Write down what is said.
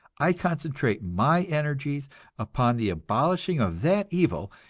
i concentrate my energies upon the abolishing of that evil,